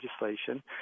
legislation